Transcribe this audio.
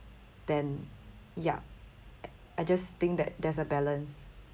than ya I just think that there's a balance